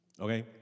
Okay